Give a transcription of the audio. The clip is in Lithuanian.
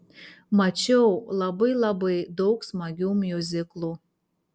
mačiau labai labai daug smagių miuziklų